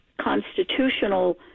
constitutional